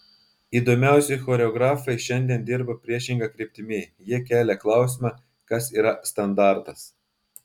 įdomiausi choreografai šiandien dirba priešinga kryptimi jie kelia klausimą kas yra standartas